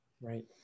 right